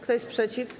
Kto jest przeciw?